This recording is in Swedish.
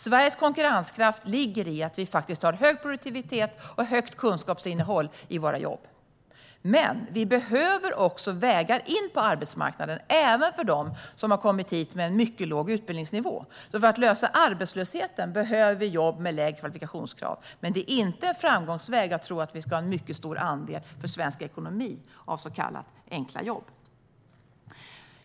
Sveriges konkurrenskraft ligger i att vi faktiskt har hög produktivitet och högt kunskapsinnehåll i våra jobb. Men vi behöver också vägar in på arbetsmarknaden för dem som har kommit hit med en mycket låg utbildningsnivå. För att minska arbetslösheten behöver vi jobb med lägre kvalifikationskrav. Men det är inte en framgångsväg att tro att vi för svensk ekonomi ska ha en mycket stor andel så kallade enkla jobb.